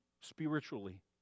spiritually